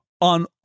on